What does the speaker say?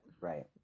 right